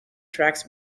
tracks